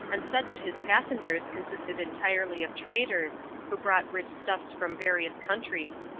and said that his passengers consisted entirely of traders who brought rich stuffs from various countries,